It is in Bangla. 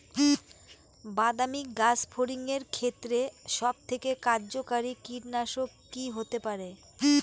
বাদামী গাছফড়িঙের ক্ষেত্রে সবথেকে কার্যকরী কীটনাশক কি হতে পারে?